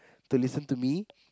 to listen to me